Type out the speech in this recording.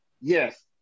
Yes